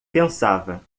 pensava